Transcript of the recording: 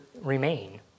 remain